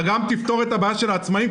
אבל גם תפתור את הבעיה של העצמאים,